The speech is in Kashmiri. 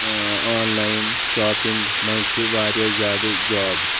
آنلایِن شاپِنٛگ منٛز چھِ واریاہ زیادٕ جابٕز